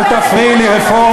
אל תפריעי לי, רפורמית.